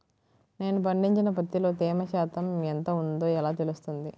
నేను పండించిన పత్తిలో తేమ శాతం ఎంత ఉందో ఎలా తెలుస్తుంది?